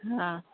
ହଁ